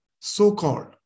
so-called